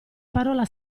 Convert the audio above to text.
parola